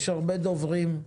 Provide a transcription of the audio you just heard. יש הרבה דוברים.